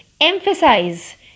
emphasize